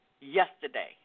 yesterday